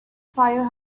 fire